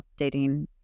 updating